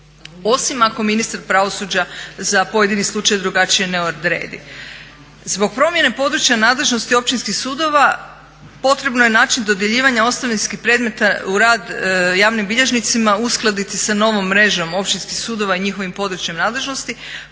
osim ako ministar pravosuđa za pojedini slučaj drugačije ne odredi. Zbog promjene područja nadležnosti općinskih sudova potrebno je način dodjeljivanja ostavinskih predmeta u rad javnim bilježnicima uskladiti sa novom mrežom Općinskih sudova i njihovim područjem nadležnosti